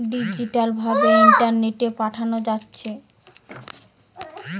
digital ভাবে ইন্টারনেটে পাঠানা যাচ্ছে